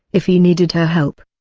if he needed her help,